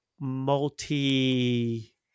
multi